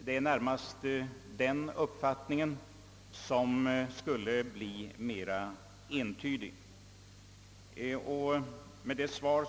Det är den uppfattningen jag anser bör uttryckas mer entydigt.